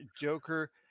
Joker